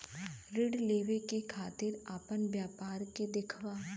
ऋण लेवे के खातिर अपना व्यापार के दिखावा?